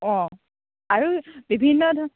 অ আৰু বিভিন্ন ধৰণৰ